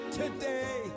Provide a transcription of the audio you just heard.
today